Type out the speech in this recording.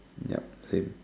yep same